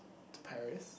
to Paris